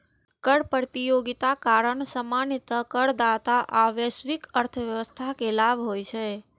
कर प्रतियोगिताक कारण सामान्यतः करदाता आ वैश्विक अर्थव्यवस्था कें लाभ होइ छै